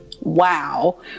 Wow